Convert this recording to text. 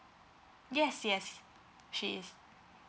yes yes she is